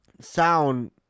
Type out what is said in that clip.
sound